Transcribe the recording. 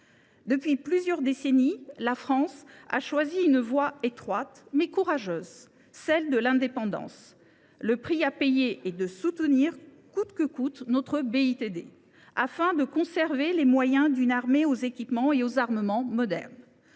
Depuis plusieurs décennies, la France a choisi une voie étroite, mais courageuse : celle de l’indépendance. Le prix à payer est de soutenir coûte que coûte notre BITD, afin de conserver les moyens d’une armée aux équipements et aux armements modernes.